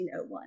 1901